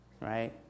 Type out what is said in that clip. right